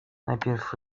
najpierw